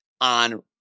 on